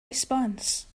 response